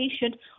patient